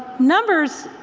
numbers,